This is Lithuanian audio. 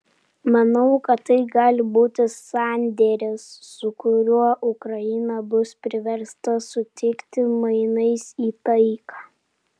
manau kad tai gali būti sandėris su kuriuo ukraina bus priversta sutikti mainais į taiką